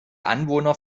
anwohner